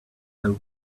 over